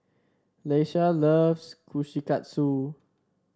Ieshia loves Kushikatsu